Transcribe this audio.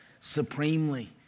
supremely